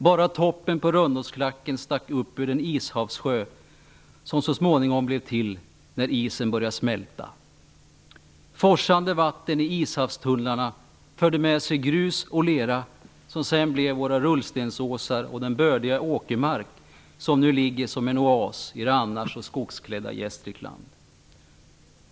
Bara toppen på Rönnåsklacken stack upp ur den ishavssjö som så småningom blev till när isen började smälta. Forsande vatten i ishavstunnlarna förde med sig grus och lera som sedan blev våra rullstensåsar och den bördiga åkermark, som nu ligger som en oas i det annars så skogsklädda Gästrikland.